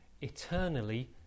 eternally